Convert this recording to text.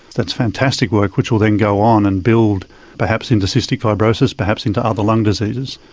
that's fantastic work which will then go on and build perhaps into cystic fibrosis, perhaps into other lung diseases.